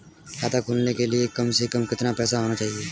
खाता खोलने के लिए कम से कम कितना पैसा होना चाहिए?